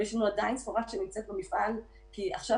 ויש לנו עדיין סחורה שנמצאת במפעל כי עכשיו,